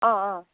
অ' অ'